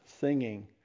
singing